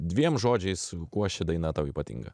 dviem žodžiais kuo ši daina tau ypatinga